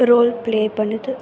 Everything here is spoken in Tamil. ரோல் ப்ளே பண்ணுது